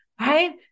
Right